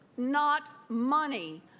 not money,